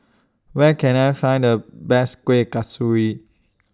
Where Can I Find The Best Kueh Kasturi